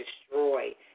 destroy